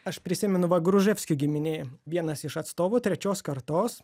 aš prisimenu va gruževskių giminė vienas iš atstovų trečios kartos